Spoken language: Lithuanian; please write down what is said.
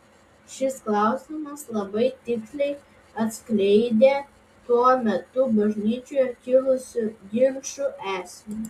šis klausimas labai tiksliai atskleidė tuo metu bažnyčioje kilusių ginčų esmę